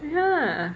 ya